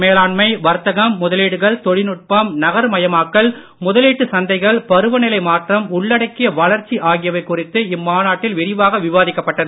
மேலாண்மை பொருளாதார வர்த்தகம் முதலீடுகள் தொழில்நுட்பம் நகர்மயமாக்கல் முதலீட்டு சந்தைகள் பருவநிலை மாற்றம் உள்ளடக்கிய வளர்ச்சி ஆகியவை குறித்து இம்மாநாட்டில் விரிவாக விவாதிக்கப் பட்டது